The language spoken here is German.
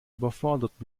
überfordert